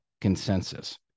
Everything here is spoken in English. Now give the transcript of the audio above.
consensus